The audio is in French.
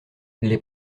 les